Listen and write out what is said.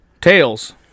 Tails